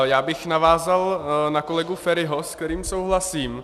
Já bych navázal na kolegu Feriho, s kterým souhlasím.